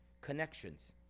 connections